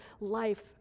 life